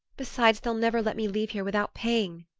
besides, they'll never let me leave here without paying.